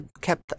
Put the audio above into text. kept